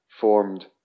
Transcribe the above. formed